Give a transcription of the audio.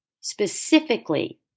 specifically